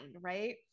right